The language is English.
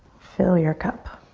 fill your cup.